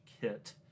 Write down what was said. kit